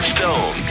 Stone